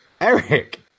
Eric